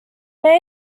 may